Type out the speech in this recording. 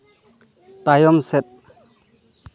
ᱛᱟᱭᱚᱢ ᱥᱮᱫ